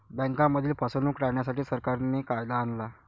बँकांमधील फसवणूक टाळण्यासाठी, सरकारने कायदा आणला